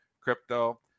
crypto